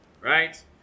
right